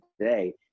today